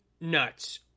nuts